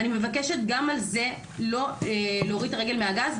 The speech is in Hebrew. אני מבקשת גם על זה לא להוריד את הרגל מהגז.